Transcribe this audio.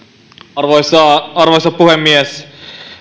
arvoisa arvoisa puhemies